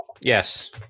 Yes